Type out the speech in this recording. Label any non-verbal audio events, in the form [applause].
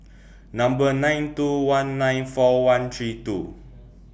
nine two one nine four one three two [noise]